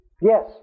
Yes